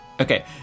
Okay